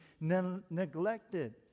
neglected